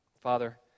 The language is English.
Father